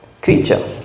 creature